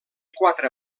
quatre